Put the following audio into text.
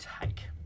take